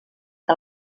que